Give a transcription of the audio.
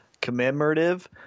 commemorative